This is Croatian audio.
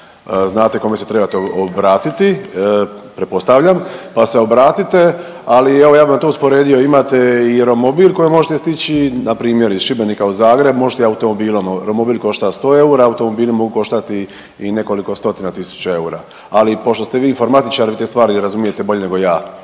znate kome se trebate obratiti pretpostavljam, pa se obratite. Ali evo ja bih vam to usporedio imate i romobil kojim možete stići na primjer iz Šibenika u Zagreb, možete i automobilom. Romobil košta 100 eura, automobili mogu koštati i nekoliko stotina tisuća eura. Ali pošto ste vi informatičar vi te stvari razumijete bolje nego ja